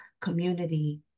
community